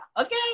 Okay